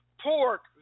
pork